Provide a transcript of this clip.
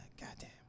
Goddamn